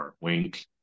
wink